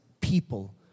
people